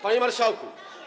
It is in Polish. Panie Marszałku!